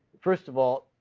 first of all,